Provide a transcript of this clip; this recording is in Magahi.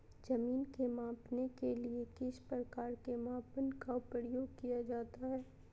जमीन के मापने के लिए किस प्रकार के मापन का प्रयोग किया जाता है?